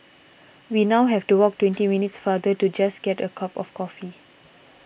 we now have to walk twenty minutes farther just to get a cup of coffee